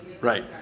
Right